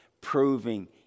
Proving